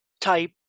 type